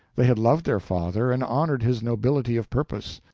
they had loved their father and honored his nobility of purpose.